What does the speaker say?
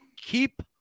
keep